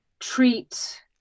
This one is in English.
treat